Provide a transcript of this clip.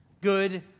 Good